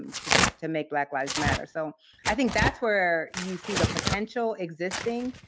to to make black lives matter. so i think that's where you see the potential existing,